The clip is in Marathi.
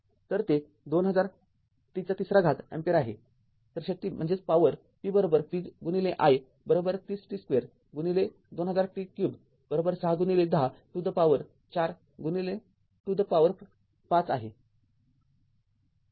तर ते २००० t ३ अँपिअर आहे तर शक्ती p v i ३०t२ २०००t३ ६१० to the power ४ t to the power ५ आहे